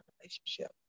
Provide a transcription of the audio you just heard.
relationship